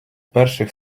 перших